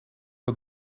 dat